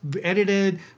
edited